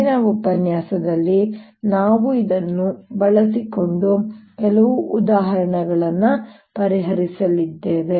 ಮುಂದಿನ ಉಪನ್ಯಾಸದಲ್ಲಿ ನಾವು ಇದನ್ನು ಬಳಸಿಕೊಂಡು ಕೆಲವು ಉದಾಹರಣೆಗಳನ್ನು ಪರಿಹರಿಸಲಿದ್ದೇವೆ